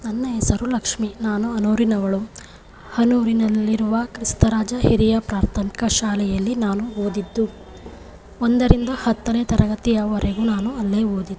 ನನ್ನ ಹೆಸರು ಲಕ್ಷ್ಮಿ ನಾನು ಹನೂರಿನವಳು ಹನೂರಿನಲ್ಲಿರುವ ಕ್ರಿಸ್ತರಾಜ ಹಿರಿಯ ಪ್ರಾಥಮಿಕ ಶಾಲೆಯಲ್ಲಿ ನಾನು ಓದಿದ್ದು ಒಂದರಿಂದ ಹತ್ತನೇ ತರಗತಿಯವರೆಗೂ ನಾನು ಅಲ್ಲೇ ಓದಿದ್ದು